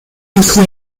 youth